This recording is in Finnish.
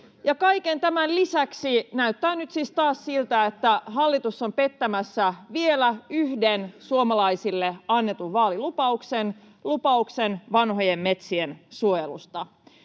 kaiken tämän lisäksi näyttää nyt siis taas siltä, että hallitus on pettämässä vielä yhden suomalaisille annetun vaalilupauksen: lupauksen vanhojen metsien suojelusta.